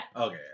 Okay